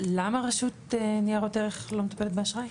למה רשות ניירות ערך לא מטפלת באשראי?